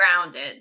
grounded